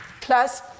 plus